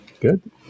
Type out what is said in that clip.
good